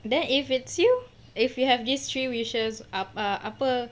then if it's you if you have this three wishes ap~ apa